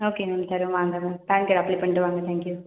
okay ma'am தரோம் வாங்க ma'am PAN card apply பண்ணிவிட்டு வாங்க தேங்க் யூ